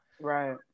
right